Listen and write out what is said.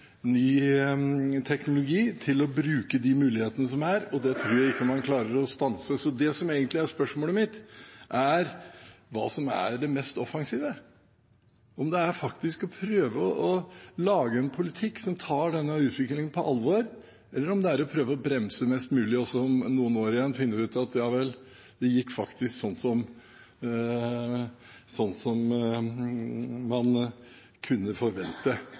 ny teknologi, til å bruke de mulighetene som er, og det tror jeg ikke man klarer å stanse. Så det som egentlig er spørsmålet mitt, er hva som er det mest offensive – om det er å prøve å lage en politikk som tar denne utviklingen på alvor, eller om det er å prøve å bremse mest mulig, og så om noen år igjen finner vi ut at ja vel, det gikk faktisk sånn som man kunne forvente,